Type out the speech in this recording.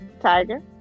Tiger